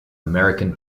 american